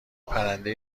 پرنده